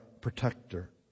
protector